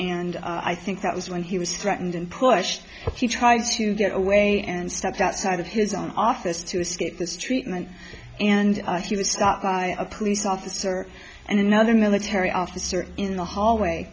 and i think that was when he was threatened and pushed she tried to get away and stepped outside of his own office to escape this treatment and he was stopped by a police officer and another military officer in the hallway